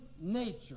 nature